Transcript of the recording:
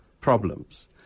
problems